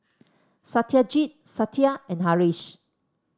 Satyajit Satya and Haresh